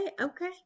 okay